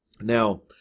Now